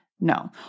No